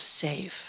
safe